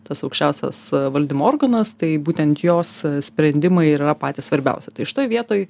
tas aukščiausias valdymo organas tai būtent jos sprendimai ir yra patys svarbiausi tai šitoj vietoj